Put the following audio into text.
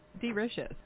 delicious